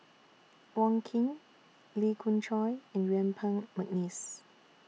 Wong Keen Lee Khoon Choy and Yuen Peng Mcneice